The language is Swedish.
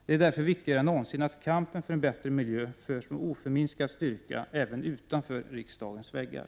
Det är därför viktigare än någonsin att kampen för en bättre miljö förs med oförminskad styrka även utanför riksdagens väggar.